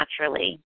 naturally